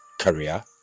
career